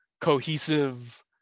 cohesive